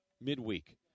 Midweek